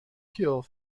cure